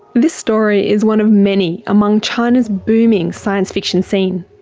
this story is one of many among china's booming science fiction scene.